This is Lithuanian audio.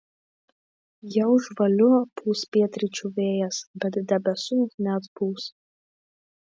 jau žvaliu pūs pietryčių vėjas bet debesų neatpūs